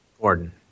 Gordon